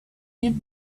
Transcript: deep